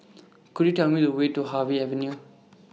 Could YOU Tell Me The Way to Harvey Avenue